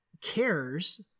cares